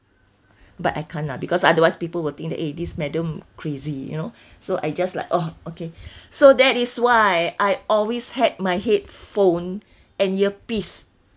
but I can't lah because otherwise people will think that eh this madam crazy you know so I just like oh okay so that is why I always had my headphone and earpiece